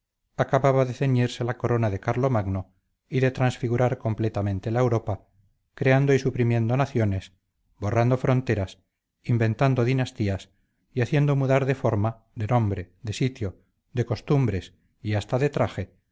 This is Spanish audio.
acababa de ceñirse la corona de carlo magno y de transfigurar completamente la europa creando y suprimiendo naciones borrando fronteras inventando dinastías y haciendo mudar de forma de nombre de sitio de costumbres y hasta de traje